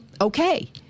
okay